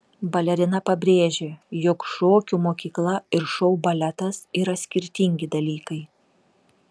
balerina pabrėžė jog šokių mokykla ir šou baletas yra skirtingi dalykai